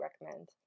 recommend